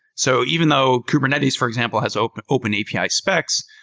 so even though kubernetes, for example, has open open api specs,